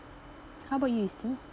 how about you isti